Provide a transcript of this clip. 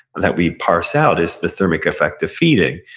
that we parse out, is the thermic effect of feeding.